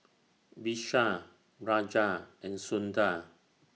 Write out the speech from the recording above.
Vishal Raja and Sundar